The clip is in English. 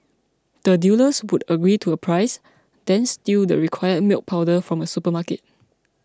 the dealers would agree to a price then steal the required milk powder from a supermarket